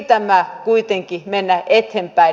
yritämme kuitenkin mennä eteenpäin